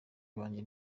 banjye